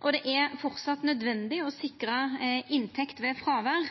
Det er framleis nødvendig å sikra inntekt ved fråvær